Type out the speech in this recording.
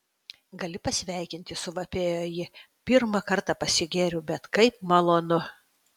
gali pasveikinti suvapėjo ji pirmą kartą pasigėriau bet kaip malonu